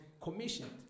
commissioned